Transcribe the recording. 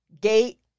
gate